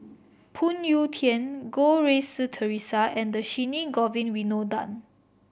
Phoon Yew Tien Goh Rui Si Theresa and Dhershini Govin Winodan